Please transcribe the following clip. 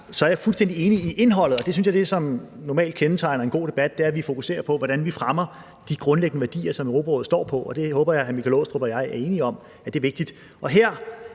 er jeg fuldstændig enig i indholdet. Jeg synes, det er det, som normalt kendetegner en god debat, nemlig at vi fokuserer på, hvordan vi fremmer de grundlæggende værdier, som Europarådet står på, og det håber jeg hr. Michael Aastrup Jensen og jeg er enige om er vigtigt.